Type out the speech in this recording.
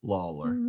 Lawler